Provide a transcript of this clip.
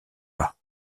pas